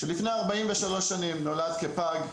שלפני 43 שנים נולד כפג,